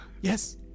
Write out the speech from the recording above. Yes